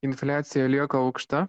infliacija lieka aukšta